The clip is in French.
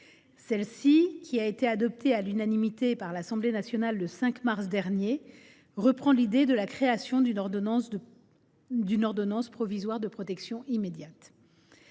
Ce texte, adopté à l’unanimité par l’Assemblée nationale le 5 mars dernier, reprend l’idée de la création d’une ordonnance provisoire de protection immédiate.